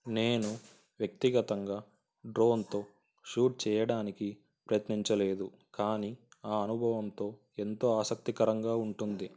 నేను వ్యక్తిగతంగా డ్రోన్తో షూట్ చేయడానికి ప్రయత్నించలేదు కానీ ఆ అనుభవంతో ఎంతో ఆసక్తికరంగా ఉంటుంది